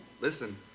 listen